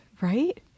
right